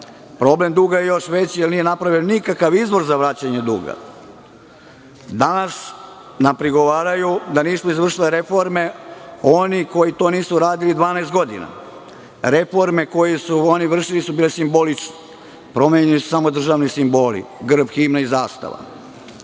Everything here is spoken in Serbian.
Problem duga je još veći jer nije napravljen nikakav izvor za vraćanje duga. Danas nam prigovaraju da nismo izvršili reforme oni koji to nisu uradili 12 godina. Reforme koje su oni vršili su bile simbolične. Promenjeni su samo državni simboli, grb, himna i zastava.